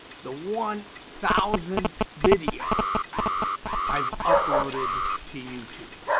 the one thousandth video i've uploaded to youtube.